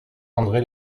andré